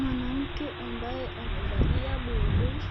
Mwanamke amabaye amevalia buibui